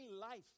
life